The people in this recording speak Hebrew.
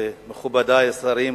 ומכובדי השרים,